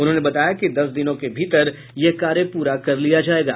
उन्होंने बताया कि दस दिनों के भीतर यह कार्य पूरा कर लिया जायेगा